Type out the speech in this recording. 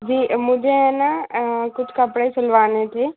जी मुझे है ना कुछ कपड़े सिलवाने थे